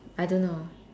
I don't know